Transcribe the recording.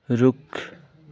रुख